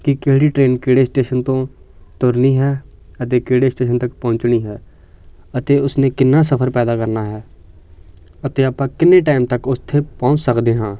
ਕਿ ਕਿਹੜੀ ਟ੍ਰੇਨ ਕਿਹੜੇ ਸਟੇਸ਼ਨ ਤੋਂ ਤੁਰਨੀ ਹੈ ਅਤੇ ਕਿਹੜੇ ਸਟੇਸ਼ਨ ਤੱਕ ਪਹੁੰਚਣੀ ਹੈ ਅਤੇ ਉਸਨੇ ਕਿੰਨਾ ਸਫਰ ਪੈਦਾ ਕਰਨਾ ਹੈ ਅਤੇ ਆਪਾਂ ਕਿੰਨੇ ਟਾਈਮ ਤੱਕ ਉੱਥੇ ਪਹੁੰਚ ਸਕਦੇ ਹਾਂ